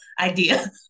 idea